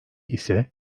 ise